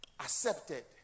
accepted